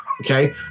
Okay